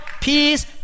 peace